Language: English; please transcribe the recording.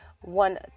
one